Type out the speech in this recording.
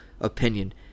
opinion